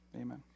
Amen